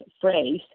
phrase